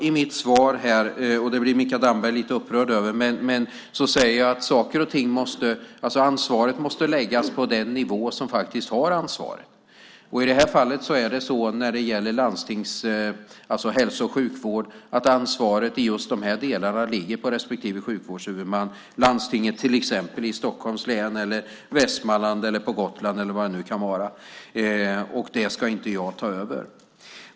I mitt svar säger jag, vilket Mikael Damberg blir lite upprörd över, att ansvaret måste läggas på den nivå som faktiskt har ansvaret. När det gäller hälso och sjukvården ligger ansvaret i just de här delarna på respektive sjukvårdshuvudman, till exempel landstinget i Stockholms län, i Västmanland, på Gotland eller var det nu kan vara, och det ska inte jag ta över.